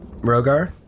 Rogar